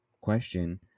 question